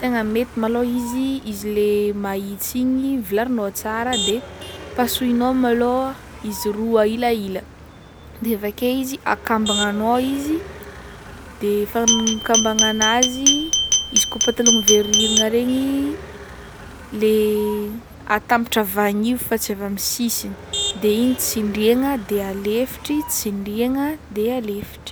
Tegna mety malôha izy, izy le mahitsy igny velarinao tsara de pasohinao malôha izy roa ila ila de avake izy akambagnanao izy de fanankambagnanazy izy koa patalôgno velorirana regny le atambatra avy anivo fa tsy avy amy sisiny de igny tsindriagna de alefitry tsindriagna de alefitry.